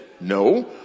No